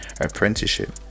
apprenticeship